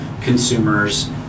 consumers